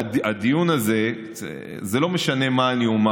בדיון הזה זה לא משנה מה אני אומר,